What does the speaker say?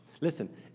Listen